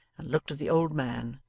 and looked at the old man,